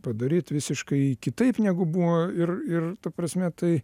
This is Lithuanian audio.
padaryt visiškai kitaip negu buvo ir ir ta prasme tai